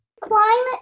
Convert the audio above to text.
Climate